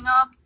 up